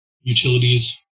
Utilities